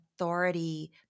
authority